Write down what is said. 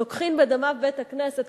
לוקחים בדמיו בית-הכנסת.